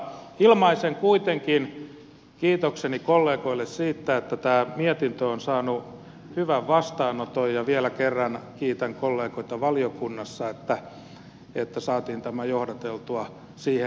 ilmaisen kuitenkin kiitokseni kollegoille siitä että tämä mietintö on saanut hyvän vastaanoton ja vielä kerran kiitän kollegoita valiokunnassa että saatiin tämä johdateltua siihen